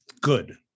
good